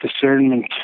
discernment